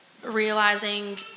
realizing